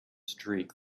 streak